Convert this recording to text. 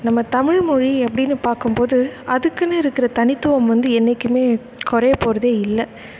நம்ம தமிழ்மொழி எப்படின்னு பாக்கும்போது அதுக்குன்னு இருக்கிற தனித்துவம் வந்து என்றைக்குமே குறைய போகிறதே இல்லை